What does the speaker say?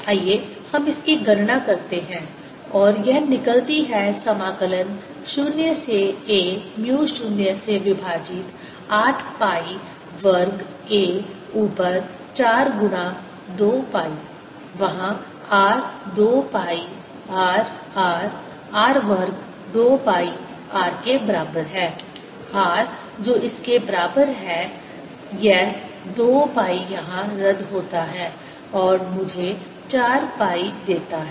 Energy storedlength0a082a4r22πrdr आइए हम इसकी गणना करते हैं और यह निकलती है समाकलन 0 से a म्यू 0 से विभाजित 8 पाई वर्ग a ऊपर 4 गुणा 2 पाई वहाँ r 2 pi r r r वर्ग 2 पाई r के बराबर है r जो इसके बराबर है यह 2 pi यहाँ रद्द होता है और मुझे 4 पाई देता है